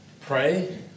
pray